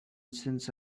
since